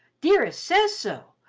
dearest says so.